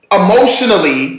emotionally